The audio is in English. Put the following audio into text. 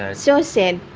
ah so sad,